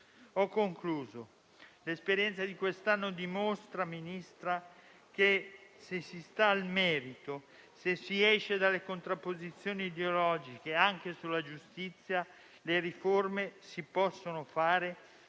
Ministro, l'esperienza di quest'anno dimostra che, se si sta al merito e si esce dalle contrapposizioni ideologiche, anche sulla giustizia, le riforme si possono fare,